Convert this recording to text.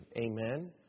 Amen